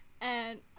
and-